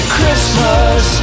Christmas